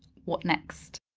what next?